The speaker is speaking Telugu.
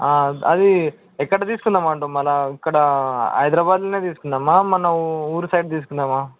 అది ఎక్కడ తీసుకుందాం అంటావు మళ్ళా ఇక్కడ హైదరాబాద్లో తీసుకుందామా మన ఊరి సైడ్ తీసుకుందామా